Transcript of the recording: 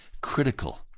critical